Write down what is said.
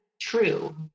true